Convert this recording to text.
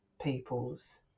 people's